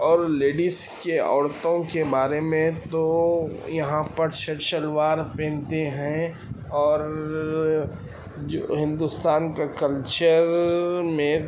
اور لیڈیز کے عورتوں کے بارے میں تو یہاں پر شلوار پہنتے ہیں اور جو ہندوستان کے کلچر میں